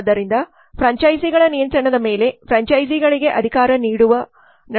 ಆದ್ದರಿಂದ ಫ್ರಾಂಚೈಸಿಗಳ ನಿಯಂತ್ರಣದ ಮೇಲೆ ಫ್ರಾಂಚೈಸಿಗಳಿಗೆ ಅಧಿಕಾರ ನೀಡುವ ನಡುವೆ ಉದ್ವೇಗವಿದೆ